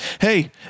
Hey